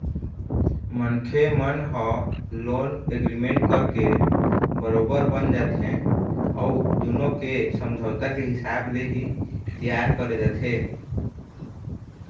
मनखे मन ह लोन एग्रीमेंट करके बरोबर बंध जाथे अउ दुनो के समझौता के हिसाब ले ही तियार करे जाथे